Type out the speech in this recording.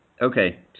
Okay